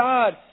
God